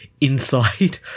inside